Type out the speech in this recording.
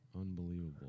Unbelievable